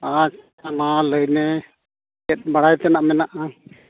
ᱢᱟ ᱞᱟᱹᱭᱢᱮ ᱪᱮᱫ ᱵᱟᱲᱟᱭ ᱛᱮᱱᱟᱜ ᱢᱮᱱᱟᱜᱼᱟ